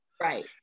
Right